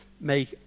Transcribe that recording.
make